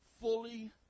fully